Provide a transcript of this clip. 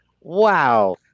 wow